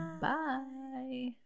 Bye